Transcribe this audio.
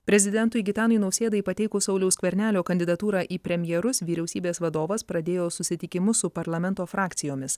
prezidentui gitanui nausėdai pateikus sauliaus skvernelio kandidatūrą į premjerus vyriausybės vadovas pradėjo susitikimus su parlamento frakcijomis